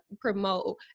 promote